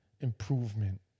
improvement